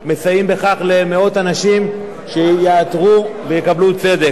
מסייעים בכך למאות אנשים שיעתרו ויקבלו צדק.